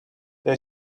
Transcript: they